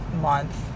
month